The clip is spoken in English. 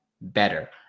better